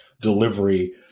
delivery